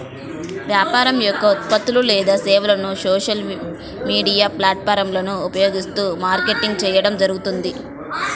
వ్యాపారం యొక్క ఉత్పత్తులు లేదా సేవలను సోషల్ మీడియా ప్లాట్ఫారమ్లను ఉపయోగిస్తూ మార్కెటింగ్ చేయడం జరుగుతుంది